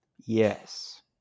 Yes